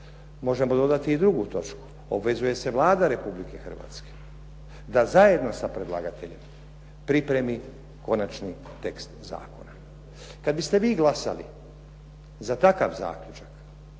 Možemo dodati i drugu točku. Obvezuje se i Vlada Republike Hrvatske da zajedno sa predlagateljem pripremi konačni tekst zakona. Kad biste vi glasali za takav zaključak